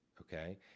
okay